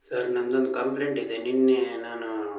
sir ನಂದೊಂದು complaint ಇದೆ ನಿನ್ನೆ ನಾನು